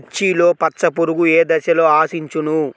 మిర్చిలో పచ్చ పురుగు ఏ దశలో ఆశించును?